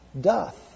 doth